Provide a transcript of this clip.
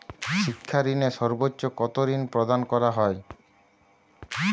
শিক্ষা ঋণে সর্বোচ্চ কতো ঋণ প্রদান করা হয়?